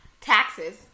Taxes